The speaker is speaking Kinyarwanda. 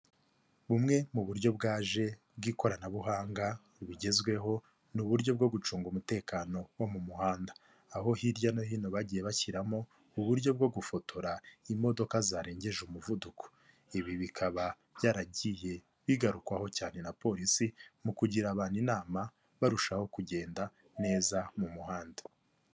Bumwe mu buryo bwaje bw'ikoranabuhanga bugezweho ni uburyo bwo gucunga umutekano wo mu muhanda, aho hirya no hino bagiye bashyiramo uburyo bwo gufotora imodoka zarengeje umuvuduko, ibi bikaba byaragiye bigarukwaho cyane na polisi, mu kugira abantu inama barushaho kugenda neza mu muhanda.